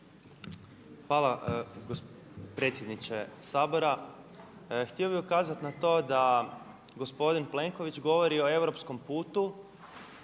predsjedniče Sabora. Htio bi ukazati na to da gospodin Plenković govori o europskom putu